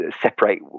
separate